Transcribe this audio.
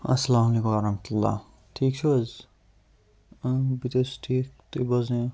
اَسلامُ علیکُم وَرَحمَتُہ اللہ ٹھیٖک چھِو حظ بہٕ تہِ حظ چھُس ٹھیٖک تُہۍ بوزنٲیِو